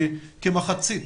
כמחצית